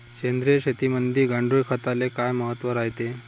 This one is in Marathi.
सेंद्रिय शेतीमंदी गांडूळखताले काय महत्त्व रायते?